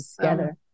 together